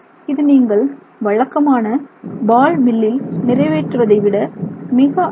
இது நீங்கள் வழக்கமான பால் மில்லில் நிறைவேற்றுவதை விட மிக அதிகம்